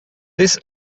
this